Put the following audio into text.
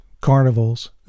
carnivals